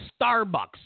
Starbucks